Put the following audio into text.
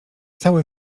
cały